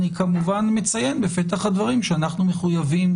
אני כמובן מציין בפתח הדברים שאנחנו מחויבים